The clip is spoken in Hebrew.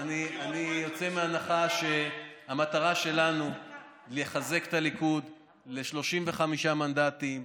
אני יוצא מהנחה שהמטרה שלנו לחזק את הליכוד ל-35 מנדטים,